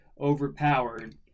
overpowered